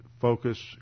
focus